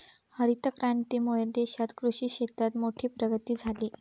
हरीत क्रांतीमुळे देशात कृषि क्षेत्रात मोठी प्रगती झाली